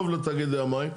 טוב לתאגידי המים,